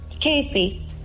Casey